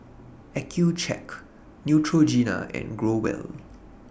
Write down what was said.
Accucheck Neutrogena and Growell